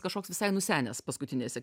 kažkoks visai nusenęs paskutinėse